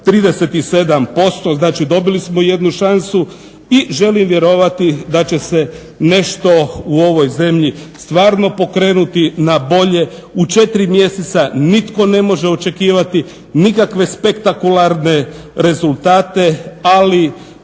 6,37%. Znači dobili smo jednu šansu i želim vjerovati da će se nešto u ovoj zemlji stvarno pokrenuti na bolje. U 4 mjeseca nitko ne može očekivati nikakve spektakularne rezultate ali